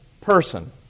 person